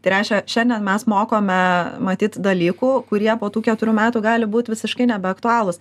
tai reiškia šiandien mes mokome matyt dalykų kurie po tų keturių metų gali būt visiškai nebeaktualūs